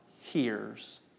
hears